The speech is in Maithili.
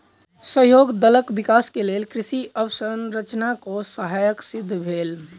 सहयोग दलक विकास के लेल कृषि अवसंरचना कोष सहायक सिद्ध भेल